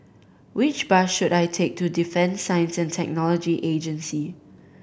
which bus should I take to Defence Science And Technology Agency